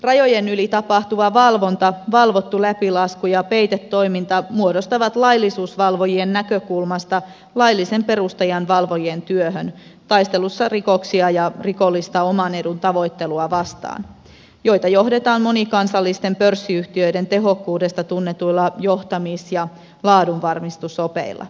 rajojen yli tapahtuva valvonta valvottu läpilasku ja peitetoiminta muodostavat laillisuusvalvojien näkökulmasta laillisen perustan valvojien työhön taistelussa rikoksia ja rikollista oman edun tavoittelua vastaan joita johdetaan monikansallisten pörssiyhtiöiden tehokkuudesta tunnetuilla johtamis ja laadunvarmistusopeilla